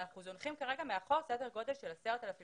ואנחנו זונחים כרגע מאחור סדר גודל של 10 נשים